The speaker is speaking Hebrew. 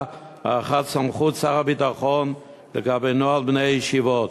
הארכת סמכות שר הביטחון לגבי נוהל בני הישיבות.